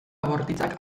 bortitzak